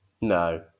No